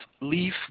leave